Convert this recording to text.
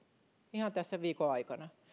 ihan tässä viikon aikana